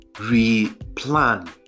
re-plan